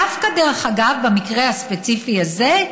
דווקא, דרך אגב, במקרה הספציפי הזה,